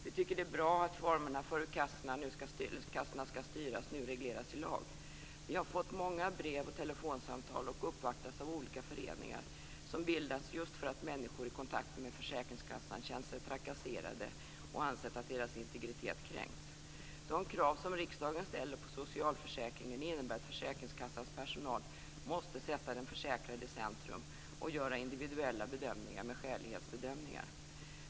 Vi tycker att det är bra att formerna för hur kassorna skall styras nu regleras i lag. Vi har fått många brev och telefonsamtal, och vi har uppvaktats av olika föreningar som bildats just för att människor i kontakten med försäkringskassan känt sig trakasserade och ansett att deras integritet kränkts. De krav som riksdagen ställer på socialförsäkringen innebär att försäkringskassans personal måste sätta den försäkrade i centrum och göra individuella skälighetsbedömningar.